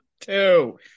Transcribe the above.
Two